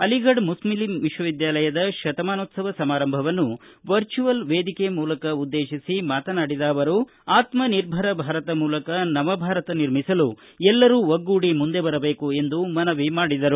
ಆಲಿಫಡ ಮುಸ್ಲಿಂ ವಿಶ್ವವಿದ್ಯಾಲಯದ ಶತಮಾನೋತ್ಲವ ಸಮಾರಂಭವನ್ನು ವರ್ಚುಯುಲ್ ಮೂಲಕ ಉದ್ದೇತಿಸಿ ಮಾತನಾಡಿದ ಅವರು ಆತ್ಸಿರ್ಭರ ಭಾರತ್ ಮೂಲಕ ನವಭಾರತ ನಿರ್ಮಿಸಲು ಎಲ್ಲರೂ ಒಗ್ಗೂಡಿ ಮುಂದೆ ಬರಬೇಕು ಎಂದು ಮನವಿ ಮಾಡಿದರು